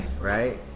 right